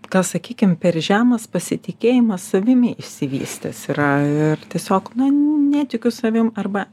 gal sakykim per žemas pasitikėjimas savimi išsivystęs yra ir tiesiog na netikiu savim arba